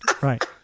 Right